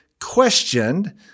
questioned